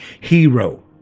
hero